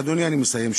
אדוני, אני מסיים.